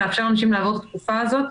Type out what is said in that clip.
לאפשר לאנשים לעבור את התקופה הזאת.